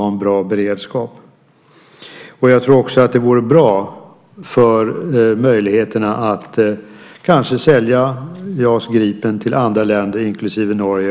Om man visade upp sig på detta sätt tror jag att det dessutom vore bra för möjligheten att kanske kunna sälja JAS Gripen till andra länder, inklusive Norge.